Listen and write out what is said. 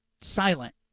silent